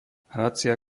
hracia